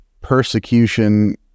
persecution